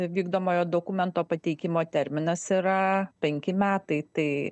vykdomojo dokumento pateikimo terminas yra penki metai tai